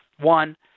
One